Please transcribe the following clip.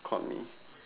caught me